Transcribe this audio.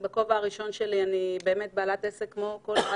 בכובע הראשון שלי אני בעלת עסק כמו כל אחד